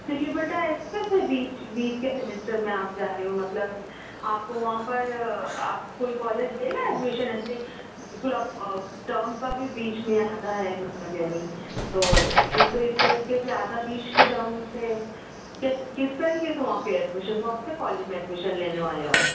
پھر یہ بیٹا ایسے کیسے بیچ بیچ کے سیمیسٹر میں آپ جا رہے ہو مطلب آپ کو وہاں پر آپ کو کوئی کالج دے گا ایڈمیشن ایسے بالکل آپ ٹرم کا بھی بیچ میں آدھا ہے مطلب یعنی تو اس طریقے سے آدھا بیچ کے ٹرم سے کیسے کس طریقے سے وہاں پہ ایڈمیشن کون سے کالج میں ایڈمیشن لینے والے ہو آپ